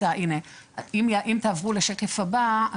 אם תעברו לשקף הבא,